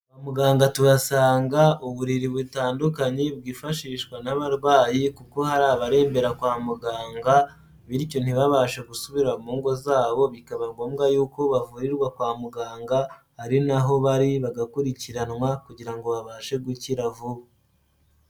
Kwa muganga tubasanga uburiri butandukanye bwifashishwa n'abarwayi kuko hari abarembera kwa muganga bityo ntibabashe gusubira mu ngo zabo bikaba ngombwa y'uko bavurirwa kwa muganga ari naho bari bagakurikiranwa kugira ngo babashe gukira vuba.